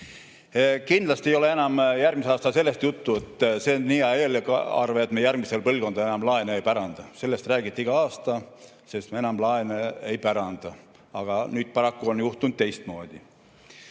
aastal ei ole enam kindlasti juttu, et see on nii hea eelarve, et me järgmisele põlvkonnale laenu ei päranda. Sellest räägiti iga aasta, et me enam laene ei päranda, aga nüüd paraku on juhtunud teistmoodi.